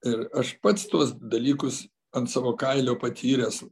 ir aš pats tuos dalykus ant savo kailio patyręs